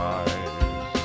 eyes